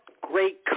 great